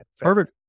Perfect